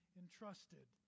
entrusted